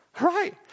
Right